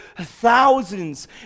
Thousands